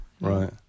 Right